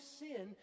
sin